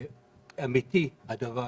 אמיתי הדבר